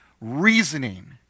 reasoning